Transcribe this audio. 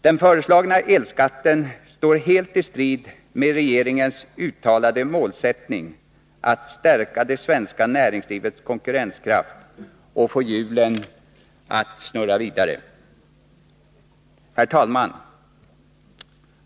Den föreslagna elskatten står helt i strid med regeringens uttalade målsättning att stärka det svenska näringslivets konkurrenskraft och att få hjulen att snurra vidare. Herr talman!